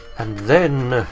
and then.